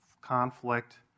conflict